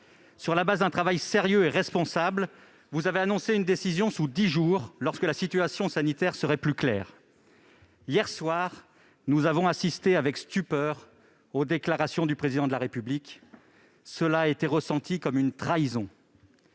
Sur la base d'un travail sérieux et responsable, vous avez annoncé une décision sous dix jours, lorsque la situation sanitaire serait plus claire. Hier soir, nous avons écouté avec stupeur les déclarations du Président de la République. Nous les avons ressenties comme une trahison.